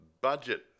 Budget